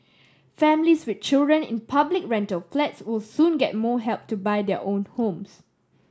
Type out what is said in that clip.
families with children in public rental flats will soon get more help to buy their own homes